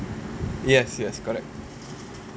yes yes correct